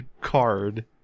card